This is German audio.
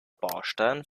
baustein